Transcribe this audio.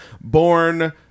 born